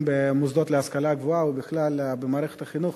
במוסדות להשכלה גבוהה ובכלל במערכת החינוך,